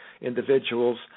individuals